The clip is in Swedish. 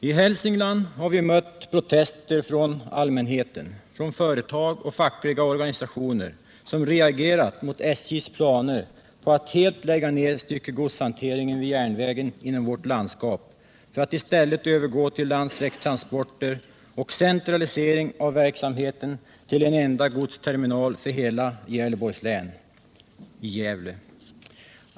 I Hälsingland har vi mött protester från allmänheten, från företag och fackliga organisationer, som reagerat mot SJ:s planer på att helt lägga ned styckegodshanteringen vid järnvägen inom vårt landskap för att i stället övergå till landsvägstransporter och centralisering av verksamheten till en enda godsterminal för hela Gävleborgs län, i Gävle.